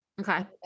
Okay